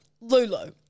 Lulu